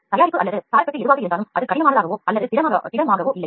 தயாரிப்பு அல்லது scaffold கடினமானதாகவோஅல்லது திடமாகவோ இல்லை